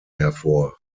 hervor